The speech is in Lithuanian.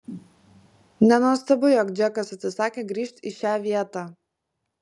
nenuostabu jog džekas atsisakė grįžt į šią vietą